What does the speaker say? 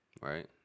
Right